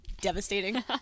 devastating